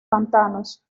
pantanos